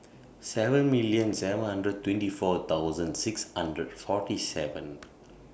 seven million seven hundred twenty four thousand six hundred forty seven